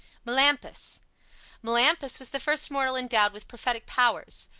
melampus melampus was the first mortal endowed with prophetic powers.